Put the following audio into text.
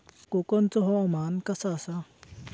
कोकनचो हवामान कसा आसा?